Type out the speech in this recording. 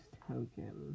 token